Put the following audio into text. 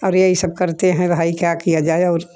और यही सब करते हैं भाई क्या किया जाए और